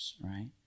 right